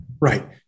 Right